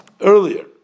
earlier